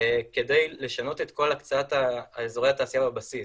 כדי לשנות את כל הקצאת אזורי התעשייה בבסיס,